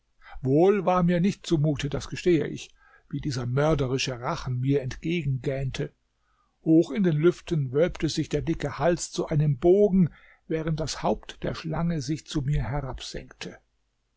wohl war mir nicht zumute das gestehe ich wie dieser mörderische rachen mir entgegengähnte hoch in den lüften wölbte sich der dicke hals zu einem bogen während das haupt der schlange sich zu mir